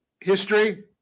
history